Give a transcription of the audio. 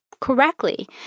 correctly